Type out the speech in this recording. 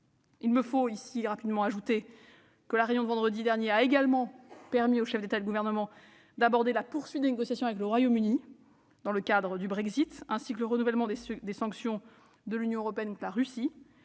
Il me faut rapidement ajouter que la réunion de vendredi dernier a également permis aux chefs d'État et de gouvernement d'aborder la poursuite des négociations avec le Royaume-Uni dans le cadre du Brexit, ainsi que le renouvellement des sanctions de l'Union européenne imposées à la Russie.